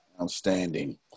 outstanding